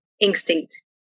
instinct